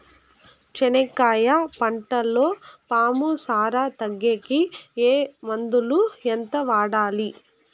చెనక్కాయ పంటలో పాము సార తగ్గేకి ఏ మందులు? ఎంత వాడాలి?